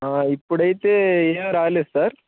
ఇప్పుడైతే ఏమి రాలేదు సార్